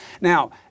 Now